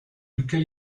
duquel